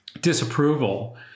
disapproval